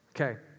Okay